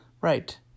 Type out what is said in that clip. Right